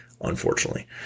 unfortunately